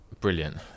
brilliant